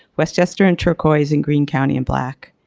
westchester in turquoise and greene county in black.